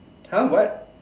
!huh! what